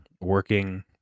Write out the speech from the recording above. working